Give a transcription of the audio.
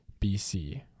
BC